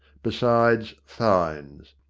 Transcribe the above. besides fines.